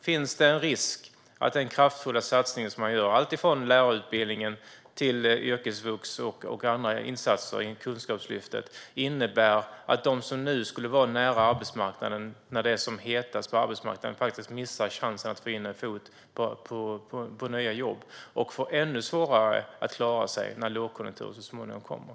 Finns det en risk att den kraftfulla satsning som görs, med alltifrån lärarutbildningen till yrkesvux och andra insatser i Kunskapslyftet, innebär att de som nu skulle vara nära arbetsmarknaden, när det är som hetast där, missar chansen att få in en fot på nya jobb? I så fall blir det ännu svårare för dem att klara sig när lågkonjunkturen så småningom kommer.